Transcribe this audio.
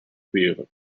building